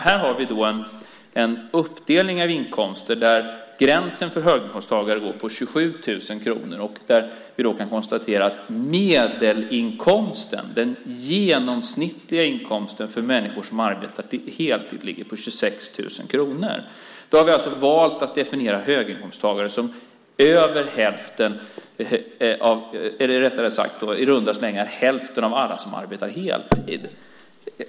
Här har vi en uppdelning av inkomster där gränsen för höginkomsttagare går vid 27 000 kronor och där vi då kan konstatera att medelinkomsten, den genomsnittliga inkomsten för människor som arbetar heltid ligger på 26 000 kronor. Då har man valt att definiera som höginkomsttagare i runda slängar hälften av alla som arbetar heltid.